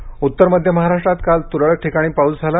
हवामान उत्तर मध्य महाराष्ट्रात काल तुरळक ठिकाणी पाऊस झाला